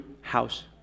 house